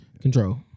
Control